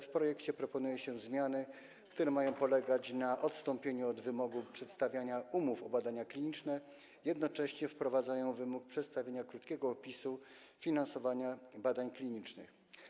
W projekcie proponuje się zmiany, które mają polegać na odstąpieniu od wymogu przedstawiania umów o badania kliniczne, jednocześnie wprowadza się wymóg przedstawienia krótkiego opisu finansowania badań klinicznych.